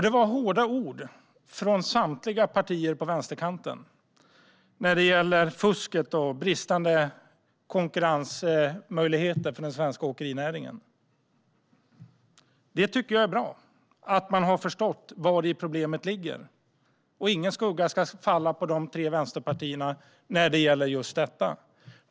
Det var hårda ord från samtliga partier på vänsterkanten när det gäller fusket och bristande konkurrensmöjligheter för den svenska åkerinäringen. Det är bra att man har förstått vari problemet ligger. Ingen skugga ska falla på de tre vänsterpartierna, när det gäller just detta.